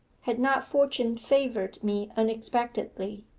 had not fortune favoured me unexpectedly.